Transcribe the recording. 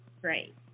Great